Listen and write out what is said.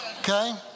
Okay